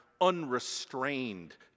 unrestrained